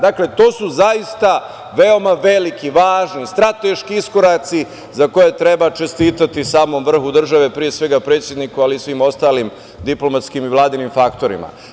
Dakle, to su zaista veoma veliki, važni, strateški iskoraci za koje treba čestitati samom vrhu države, pre svega, predsedniku, ali i svim ostalim diplomatskim i vladinim faktorima.